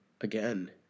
again